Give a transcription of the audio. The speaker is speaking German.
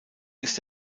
ist